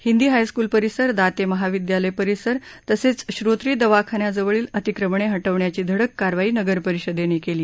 Hindi high school परिसर दाते महाविद्यालय परिसर तसंच श्रोत्री दवाखान्याजवळील अतिक्रमणे हटवण्याची धडक कारवाई नगर परिषदेने केली